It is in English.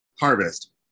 harvest